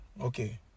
okay